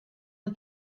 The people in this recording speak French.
une